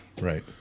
Right